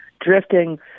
drifting